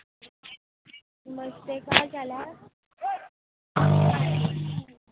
नमस्ते केह् हाल चाल ऐ